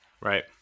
Right